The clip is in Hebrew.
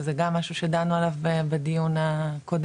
שזה גם משהו שדנו עליו בדיון הקודם